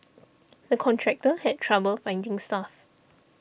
the contractor had trouble finding staff